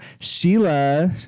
Sheila